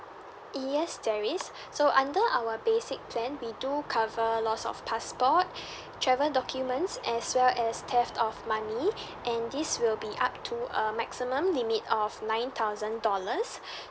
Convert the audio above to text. yes there is so under our basic plan we do cover loss of passport travel documents as well as theft of money and this will be up to a maximum limit of nine thousand dollars